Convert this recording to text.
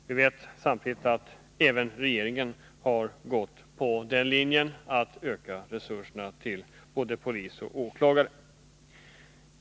Vi vet också att regeringen följer linjen att öka resurserna till både polis och åklagare.